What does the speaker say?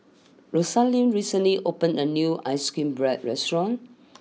Rosaline recently opened a new Ice cream Bread restaurant